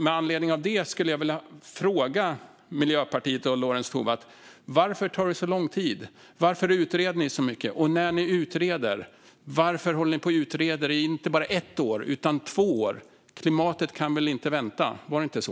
Med anledning av det skulle jag vilja fråga Miljöpartiet och Lorentz Tovatt varför det tar så lång tid. Varför utreder ni så mycket? Och när ni utreder, varför utreder ni i inte bara ett år utan två år? Klimatet kan väl inte vänta - var det inte så?